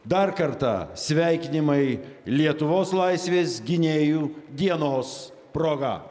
dar kartą sveikinimai lietuvos laisvės gynėjų dienos proga